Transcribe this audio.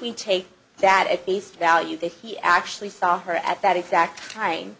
we take that at face value that he actually saw her at that exact time